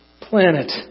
planet